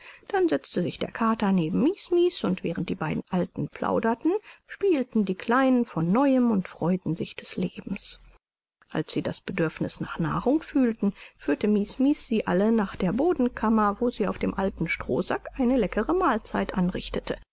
dann setzte sich der kater neben mies mies und während die beiden alten plauderten spielten die kleinen von neuem und freueten sich des lebens als sie das bedürfniß nach nahrung fühlten führte mies mies sie alle nach der bodenkammer wo sie auf dem alten strohsack eine leckere mahlzeit anrichtete